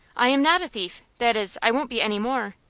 i am not a thief! that is, i won't be any more.